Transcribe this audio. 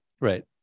Right